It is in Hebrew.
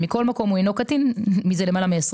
מכל מקום הוא אינו קטין מזה למעלה מ-20